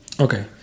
Okay